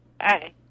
Hi